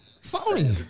Phony